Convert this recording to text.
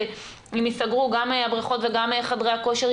אם הם יסגרו גם את הבריכות וגם את חדרי הכושר.